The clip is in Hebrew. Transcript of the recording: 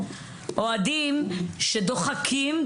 אוהדים שדוחקים,